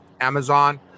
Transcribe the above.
Amazon